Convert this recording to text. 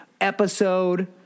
episode